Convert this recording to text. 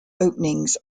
openings